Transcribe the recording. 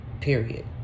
period